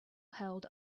held